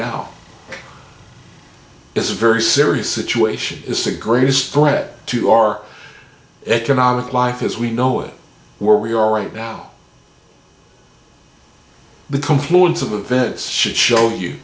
now is a very serious situation is a greatest threat to our economic life as we know it where we are right now the compliance of events should show you